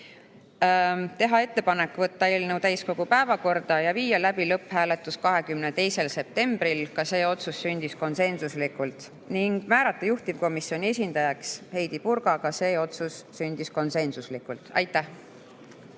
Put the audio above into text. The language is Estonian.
teha ettepanek võtta eelnõu täiskogu päevakorda ja viia läbi lõpphääletus 22. septembril – see otsus sündis konsensuslikult – ning määrata juhtivkomisjoni esindajaks Heidy Purga – ka see otsus sündis konsensuslikult. Aitäh!